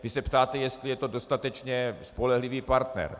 Vy se ptáte, jestli je to dostatečně spolehlivý partner.